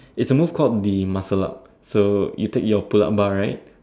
it's a move called the muscle up so you take your pull up bar right